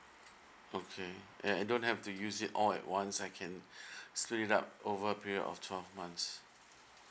okay and I don't have to use it all at once I can split it up over a period of twelve months